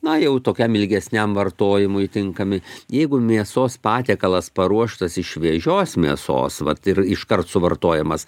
na jau tokiam ilgesniam vartojimui tinkami jeigu mėsos patiekalas paruoštas iš šviežios mėsos vat ir iškart suvartojamas